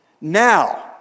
Now